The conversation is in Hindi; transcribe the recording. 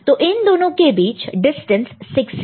तो इन दोनों के बीच डिस्टेंस 6 है